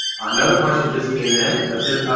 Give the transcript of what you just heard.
another question just came in. it said,